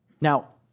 Now